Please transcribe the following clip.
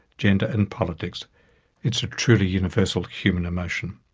gender, and politics it's a truly universal human emotion.